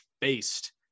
based